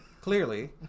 clearly